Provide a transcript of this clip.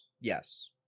Yes